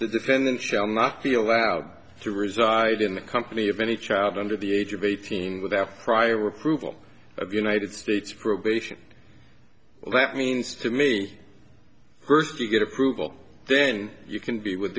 the defendant shall not be allowed to reside in the company of any child under the age of eighteen without prior approval of united states probation that means to me first you get approval then you can be with